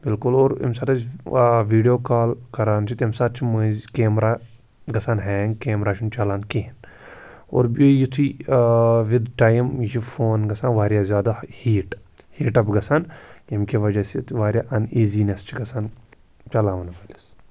بِلکُل اور ییٚمہِ ساتہٕ أسۍ ویٖڈیو کال کَران چھِ تمہِ ساتہٕ چھِ مٔنٛزۍ کیمرا گَژھان ہینٛگ کیمرا چھُن چَلان کِہنۍ اور بیٚیہِ یُتھے وِد ٹایم یہِ فون گَژھان واریاہ زیادٕ ہیٖٹ ہیٖٹ اَپ گَژھان ییٚمہِ کہِ وَجہ سۭتۍ واریاہ اَن اِیٖزِیٖنٮ۪س چھِ گَژھان چَلاوَن وٲلٕس